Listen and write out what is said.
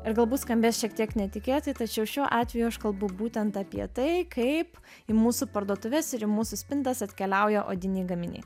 ir galbūt skambės šiek tiek netikėtai tačiau šiuo atveju aš kalbu būtent apie tai kaip į mūsų parduotuves ir į mūsų spintas atkeliauja odiniai gaminiai